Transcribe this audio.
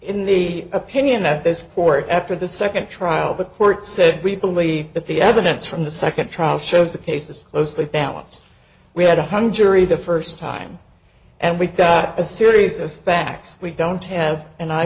in the opinion that this court after the second trial the court said we believe that the evidence from the second trial shows the case is closely balanced we had a hung jury the first time and we've got a series of facts we don't have and i